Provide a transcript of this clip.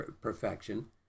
perfection